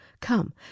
Come